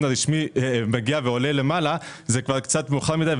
הרשמי מגיע ועולה למעלה זה כבר קצת מאוחר מדי,